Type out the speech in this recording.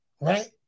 right